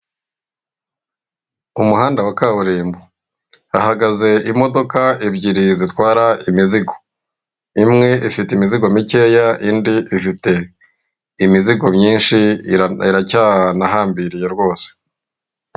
Umuhanda wa kaburimbo, hahagaze imodoka ebyiri zitwara imizigo, imwe ifite imizigo mikeya, indi ifite imizigo myinshi iracyanahambiriye rwose.